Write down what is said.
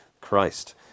Christ